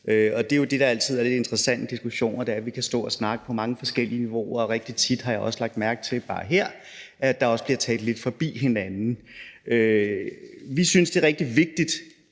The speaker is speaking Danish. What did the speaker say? på klimaet. Det, der jo altid er lidt interessant i diskussioner, er, at vi kan stå og snakke på mange forskellige niveauer, og rigtig tit har jeg lagt mærke til, også bare her, at der bliver talt lidt forbi hinanden. Vi synes, det er rigtig vigtigt,